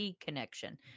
connection